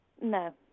No